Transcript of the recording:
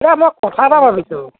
এই মই কথা এটা ভাবিছোঁ